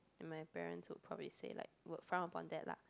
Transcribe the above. my parents would probably say like would frown upon that lah